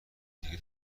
دیگه